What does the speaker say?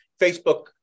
Facebook